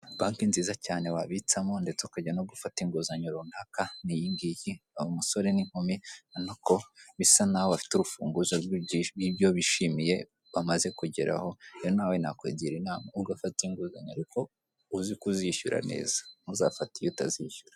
Banki nziza cyane wabitsamo ndetse ukajya no gufata inguzanyo runaka ni iyingiyi. Aba umusore n'inkumi urabona ko bisa n'aho bafite urufunguzo rw'ibyo bishimiye bamaze kugeraho, rero nawe nakugira inama ugafata inguzanyo ariko uzi kuzishyura neza ntuzafate iyo utazishyura.